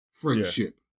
friendship